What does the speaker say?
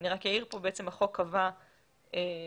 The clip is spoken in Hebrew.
בזמנו,